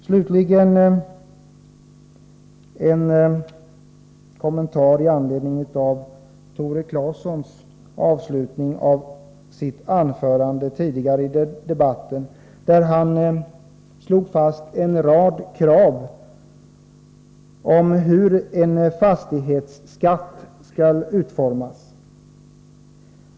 Slutligen vill jag göra en kommentar med anledning av Tore Claesons avslutning av sitt anförande tidigare i debatten där han slog fast en rad krav på hur en fastighetsskatt skall utformas.